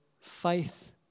faith